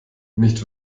nicht